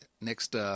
next